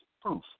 proof